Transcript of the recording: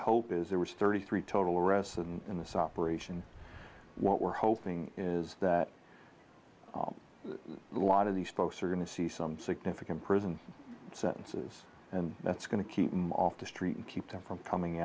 hope is there was thirty three total arrests and in this operation what we're hoping is that a lot of these folks are going to see some significant prison sentences and that's going to keep them off the street and keep them from coming